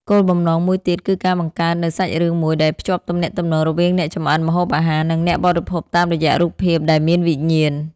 គោលបំណងមួយទៀត គឺការបង្កើតនូវសាច់រឿងមួយដែលភ្ជាប់ទំនាក់ទំនងរវាងអ្នកចម្អិន ម្ហូបអាហារ និងអ្នកបរិភោគតាមរយៈរូបភាពដែលមានវិញ្ញាណ។